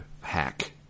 hack